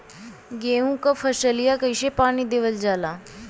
गेहूँक फसलिया कईसे पानी देवल जाई?